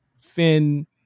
Finn